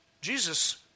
Jesus